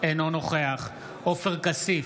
אינו נוכח עופר כסיף,